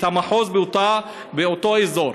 של המחוז באותו אזור,